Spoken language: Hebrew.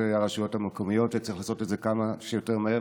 הרשויות המקומיות וצריך לעשות את זה כמה שיותר מהר,